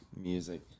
music